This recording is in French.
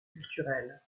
culturelles